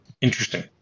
interesting